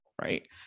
right